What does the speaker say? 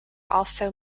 also